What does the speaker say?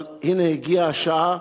אבל הנה הגיעה השעה.